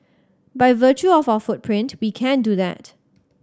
by virtue of our footprint we can do that